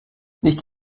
nicht